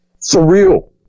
surreal